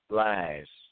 lies